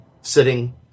sitting